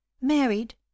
married